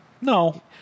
No